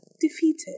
defeated